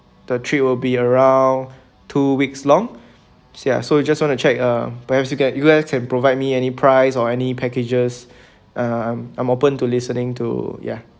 the trip will be around two weeks long sia so we just want to check uh perhaps you get you guys can provide me any price or any packages um I'm open to listening to ya